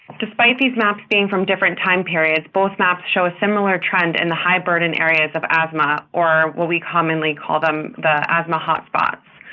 despite these maps being from different time periods, both maps show a similar trend in the high-burden areas of asthma or what we commonly call them the asthma hotspots.